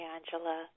Angela